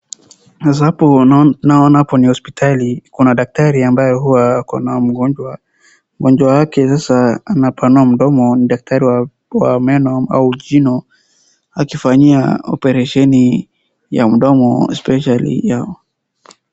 Sasa naona hapo ni hopsitali. Kuna dakatri ambayo huwa ako na mgonjwa, mgonjwa yake sasa anapanua mdomo dakatari wa meno au jino akifanyia operesheni ya mdomo especially ya.